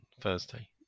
Thursday